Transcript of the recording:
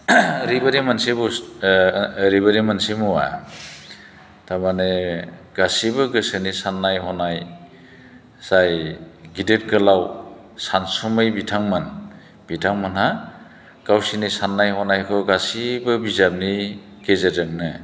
ओरैबायदि मोनसे बुस्थु ओरैबायदि मोनसे मुवा थारमाने गासैबो गोसोनि साननाय हनाय जाय गिदिर गोलाव सानसुमै बिथांमोन बिथांमोनहा गावसोरनि साननाय हनायखौ गासैबो बिजाबनि गेजेरजोंनो